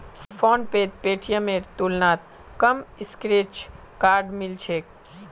फोनपेत पेटीएमेर तुलनात कम स्क्रैच कार्ड मिल छेक